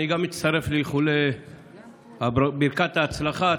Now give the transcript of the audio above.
גם אני מצטרף לברכת ההצלחה.